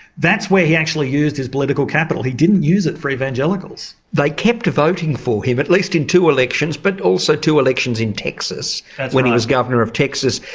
that's where he actually used his political capital, he didn't use it for evangelicals. they kept voting for him, at least in two elections, but also two elections in texas when he was governor of texas,